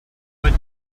but